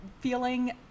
feeling